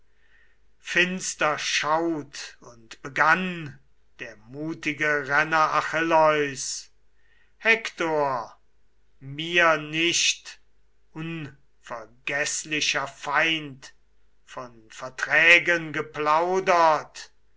finster schaut und begann der mutige renner achilleus hektor mir nicht unvergeßlicher feind von verträgen geplaudert